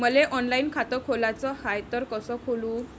मले ऑनलाईन खातं खोलाचं हाय तर कस खोलू?